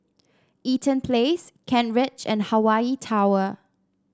Eaton Place Kent Ridge and Hawaii Tower